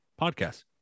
podcast